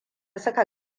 suka